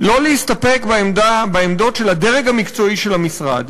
לא להסתפק בעמדות של הדרג המקצועי במשרד,